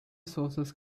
sources